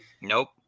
Nope